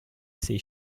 sei